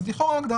לכאורה...